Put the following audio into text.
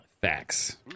Facts